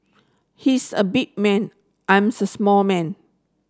he is a big man I am small man